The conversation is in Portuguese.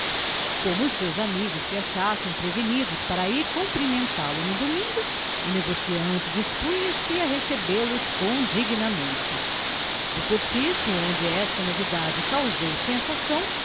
e como os seus amigos se achassem prevenidos para ir cumprimentá-lo no domingo o negociante dispunha-se a recebê los condignamente do cortiço onde esta novidade causou sensação